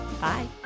Bye